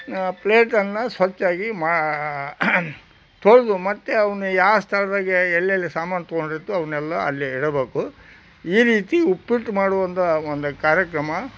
ಪ್ಲೇಟನ್ನು ಸ್ವಚ್ಛಾಗಿ ಮಾ ತೊಳೆದು ಮತ್ತೆ ಅವನ್ನ ಯಾವ ಸ್ಥಳದಾಗೆ ಎಲ್ಲೆಲ್ಲಿ ಸಾಮಾನು ತೊಗೊಂಡಿರತ್ತೊ ಅವನ್ನೆಲ್ಲ ಅಲ್ಲೆ ಇಡಬೇಕು ಈ ರೀತಿ ಉಪ್ಪಿಟ್ಟು ಮಾಡುವ ಒಂದು ಒಂದು ಕಾರ್ಯಕ್ರಮ